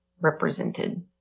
represented